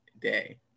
day